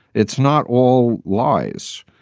it's not all lies.